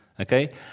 okay